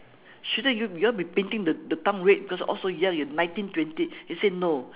shouldn't you you all been painting the the town red because you're all so young you're nineteen twenty she said no